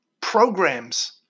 Programs